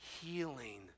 healing